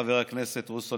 חבר הכנסת בוסו,